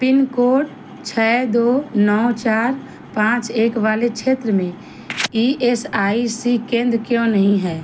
pin code छः दो नौ चार पाँच एक वाले क्षेत्र में ई एस आई सी केंद्र क्यों नहीं है